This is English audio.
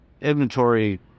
inventory